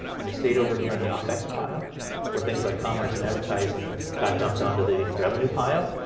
and it stayed over here in the opex pile where things like commerce and advertising ah got dumped onto the revenue pile.